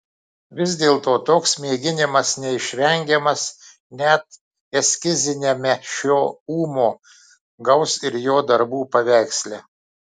vis dėlto toks mėginimas neišvengiamas net eskiziniame šio ūmo gaus ir jo darbų paveiksle